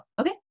Okay